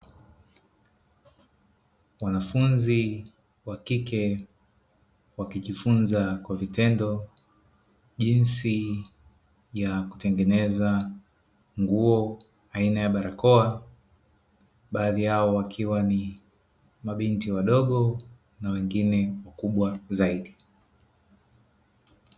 Wanafunzi wa kike wakijifunza kwa vitendo jinsi ya kutengeneza nguo aina ya barakoa, baadhi yao wakiwa ni mabinti wadogo na wengine wakubwa zaidi.